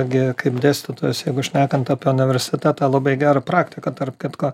irgi kaip dėstytojus jeigu šnekant apie universitetą labai gera praktika tarp kitko